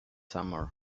summer